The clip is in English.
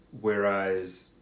Whereas